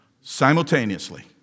simultaneously